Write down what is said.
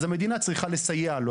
ואז המדינה צריכה לסייע לו.